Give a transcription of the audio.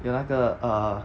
有那个 err